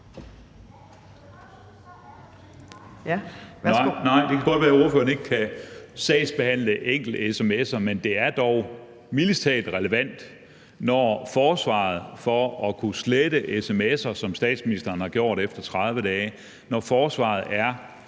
det kan godt være, ordføreren ikke kan sagsbehandle enkelt-sms'er, men det er dog mildest talt relevant, når forsvaret for at kunne slette sms'er, som statsministeren har gjort efter 30 dage, er, at